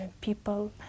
people